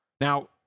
Now